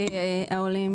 העולים,